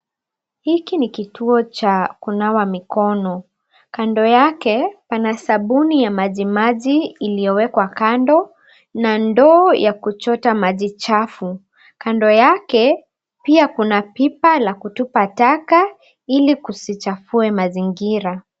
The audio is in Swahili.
Hiki ni kituo cha kunawa mikono. Kando yake pana sabuni ya maji maji iliyowekwa kando na ndoo ya kuchota maji chafu. Kando yake pia kuna pipa la kutupa taka ilikusichafue mazingira.